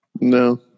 No